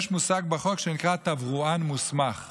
יש בחוק מושג שנקרא תברואן מוסמך.